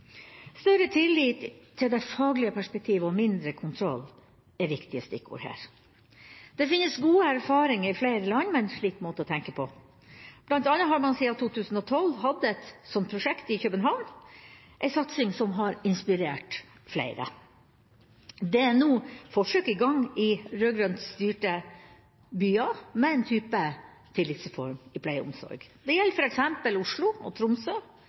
Større tillit til det faglige perspektivet og mindre kontroll er viktige stikkord her. Det finnes gode erfaringer i flere land med en slik måte å tenke på. Blant annet har man siden 2012 hatt et sånt prosjekt i København, og det er en satsing som har inspirert flere. Det er nå forsøk i gang i rød-grønt styrte byer med en type tillitsreform i pleie og omsorg. Det gjelder f.eks. Oslo og Tromsø,